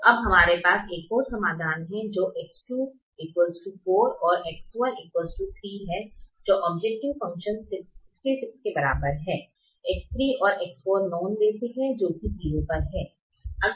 तो अब हमारे पास एक और समाधान है जो X2 4 X1 3 है और ओब्जेक्टिव फ़ंक्शन 66 के बराबर है X3 और X4 नॉन बेसिक है जो की 0 पर हैं